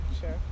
sure